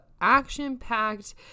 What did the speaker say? action-packed